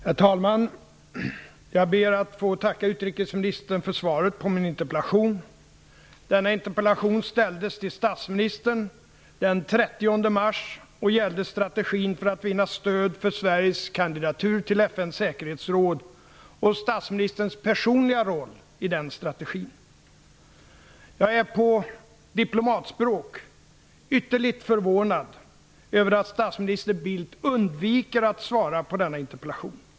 Herr talman! Jag ber att få tacka utrikesministern för svaret på min interpellation. Denna interpellation ställdes till statsministern den 30 Sveriges kandidatur till FN:s säkerhetsråd och statsministerns personliga roll i den strategin. Jag är, på diplomatspråk, ytterligt förvånad över att statsminister Bildt undviker att svara på denna interpellation.